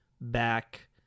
back